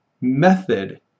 method